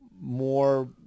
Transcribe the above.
more